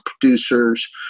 producers